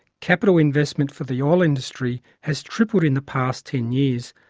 capital investment for the oil industry has tripled in the past ten years,